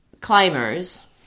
climbers